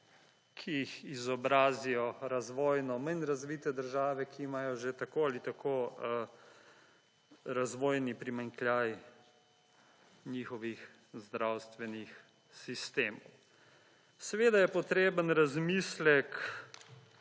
ki jih izobrazijo razvojno manj razvite države, ki imajo že tako ali tako razvojni primanjkljaj njihovih zdravstvenih sistemov. Seveda je potreben razmislek